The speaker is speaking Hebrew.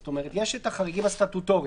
זאת אומרת, יש את החריגים הסטטוטוריים